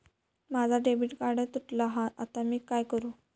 माझा debit card तुटला हा आता मी काय करू?